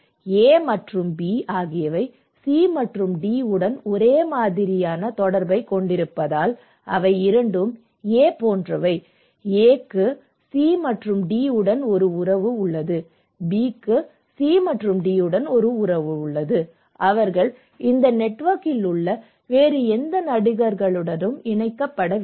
A மற்றும் B ஆகியவை C மற்றும் D உடன் ஒரே மாதிரியான தொடர்பைக் கொண்டிருப்பதால் அவை இரண்டும் A போன்றவை A க்கு C மற்றும் D உடன் ஒரு உறவு உள்ளது B க்கு C மற்றும் D உடன் உறவு உள்ளது அவர்கள் இந்த நெட்வொர்க்கில் உள்ள வேறு எந்த நடிகர்களுடனும் இணைக்கப்படவில்லை